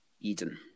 Eden